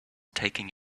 taking